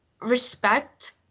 respect